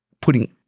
putting